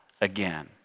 again